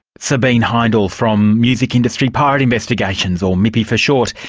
sabiene heindl, from music industry pirate investigations, or mipi for short,